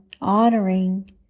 honoring